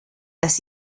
dass